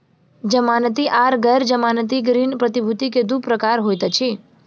जमानती आर गैर जमानती ऋण प्रतिभूति के दू प्रकार होइत अछि